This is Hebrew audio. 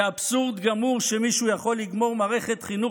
"זה אבסורד גמור שמישהו יכול לגמור מערכת חינוך